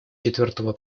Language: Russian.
четвертого